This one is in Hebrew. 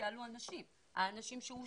יעלו אלה שאושרו.